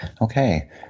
Okay